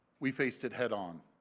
we face it head on.